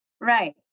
Right